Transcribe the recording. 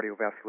cardiovascular